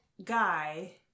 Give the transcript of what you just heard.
Guy